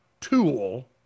tool